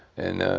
and